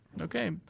Okay